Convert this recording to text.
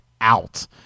out